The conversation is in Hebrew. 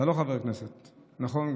אתה לא חבר כנסת, נכון?